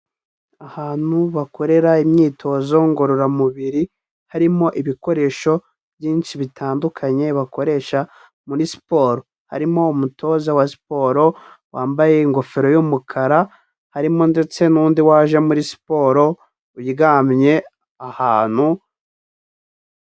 Ahantu bakorera imyitozo ngororamubiri, harimo ibikoresho byinshi bitandukanye bakoresha muri siporo, harimo umutoza wa siporo wambaye ingofero y'umukara, harimo ndetse n'undi waje muri siporo uryamye ahantu.